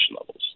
levels